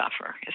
suffer